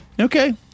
Okay